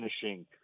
finishing